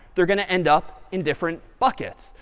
they're going to end up in different buckets,